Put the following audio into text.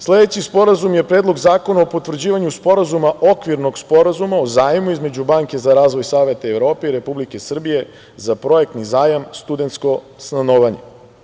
Sledeći sporazum je Predlog zakona o potvrđivanju Sporazuma okvirnog Sporazuma o zajmu između Banke za razvoj Saveta Evrope i Republike Srbije za projektni zajam „studentsko stanovanje“